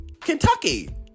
Kentucky